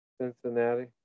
Cincinnati